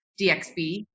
DXB